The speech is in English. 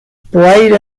pride